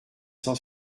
cent